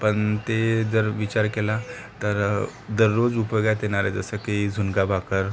पण ते जर विचार केला तर दररोज उपयोगात येणारं जसं की झुणका भाकर